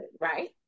right